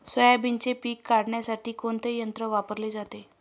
सोयाबीनचे पीक काढण्यासाठी कोणते यंत्र वापरले जाते?